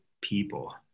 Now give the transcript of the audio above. people